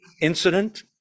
incident